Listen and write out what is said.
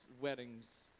weddings